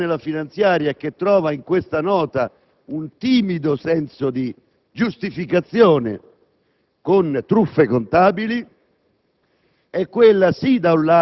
L'operazione presente nella finanziaria, che trova in questa Nota un timido senso di giustificazione con truffe contabili,